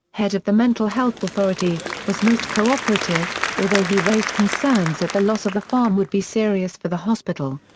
head of the mental health authority, was most co-operative although he raised concerns that the loss of the farm would be serious for the hospital.